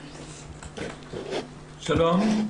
שלום.